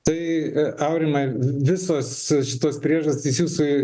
tai aurimai visos šitos priežastys jūsų